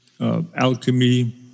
Alchemy